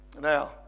now